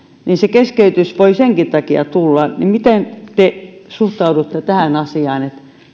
ja se keskeytys voi senkin takia tulla kysyisin ministereiltä miten te suhtaudutte tähän asiaan